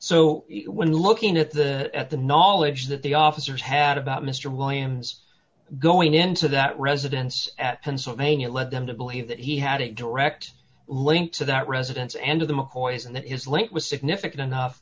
so when looking at the at the nod which that the officers had about mister williams going into that residence at pennsylvania led them to believe that he had a direct link to that residence and of the mccoys and that his late was significant enough